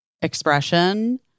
Expression